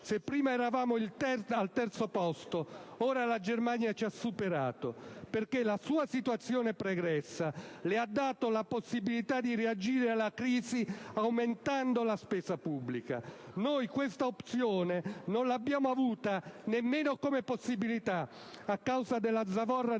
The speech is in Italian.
se prima eravamo al terzo posto, ora la Germania ci ha superato, perché la sua situazione pregressa le ha dato la possibilità di reagire alla crisi aumentando la spesa pubblica. Noi questa opzione non l'abbiamo avuta, nemmeno come possibilità, a causa della zavorra